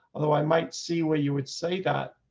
although i might see where you would say that